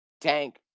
tank